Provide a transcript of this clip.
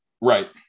Right